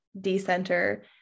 Decenter